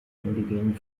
indigenen